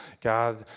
God